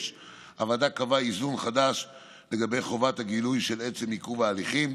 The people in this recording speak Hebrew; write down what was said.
הוועדה קבעה איזון חדש לגבי חובת הגילוי של עצם עיכוב ההליכים.